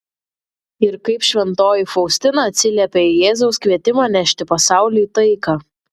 ir kaip šventoji faustina atsiliepė į jėzaus kvietimą nešti pasauliui taiką